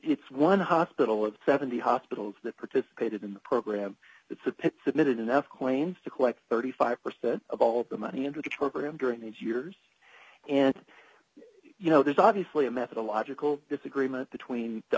it's one hospital of seventy hospitals that participated in the program it's a pit submitted enough claims to collect thirty five percent of all the money into the program during these years and you know there's obviously a methodological disagreement between the